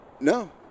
No